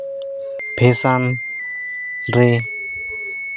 fashion ᱨᱮ